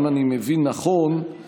אם אני מבין נכון,